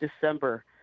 December